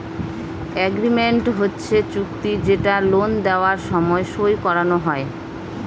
agreement হচ্ছে চুক্তি যেটা লোন নেওয়ার সময় সই করানো হয়